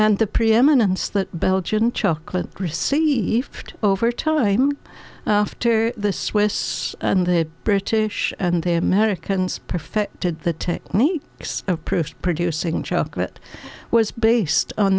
and the preeminence the belgian chocolate received over time after the swiss and the british and the americans perfected the technique of proof producing chocolate was based on